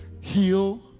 heal